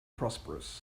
prosperous